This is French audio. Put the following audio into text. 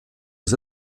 aux